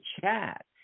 chat